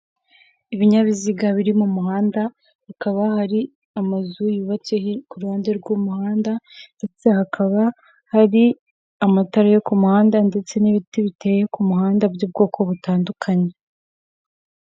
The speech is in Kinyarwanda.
Ibinyabiziga biri mu muhanda hakaba hari amazu yubatseho ku ruhande rw'umuhanda ndetse hakaba hari amatara yo ku muhanda ndetse n'ibiti biteye ku muhanda by'ubwoko butandukanye.